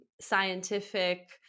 scientific